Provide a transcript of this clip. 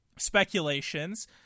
speculations